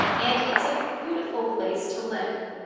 and it's a beautiful place to live.